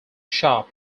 shop